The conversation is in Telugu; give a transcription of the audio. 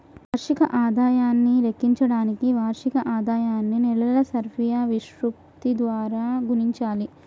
వార్షిక ఆదాయాన్ని లెక్కించడానికి వార్షిక ఆదాయాన్ని నెలల సర్ఫియా విశృప్తి ద్వారా గుణించాలి